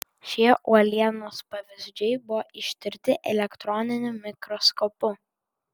šie uolienos pavyzdžiai buvo ištirti elektroniniu mikroskopu